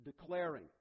declaring